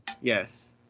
Yes